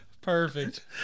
perfect